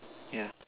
yeah